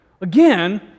again